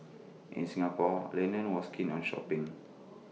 in Singapore Lennon was keen on shopping